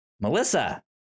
Melissa